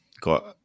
got